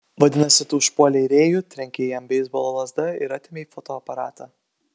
vadinasi tu užpuolei rėjų trenkei jam beisbolo lazda ir atėmei fotoaparatą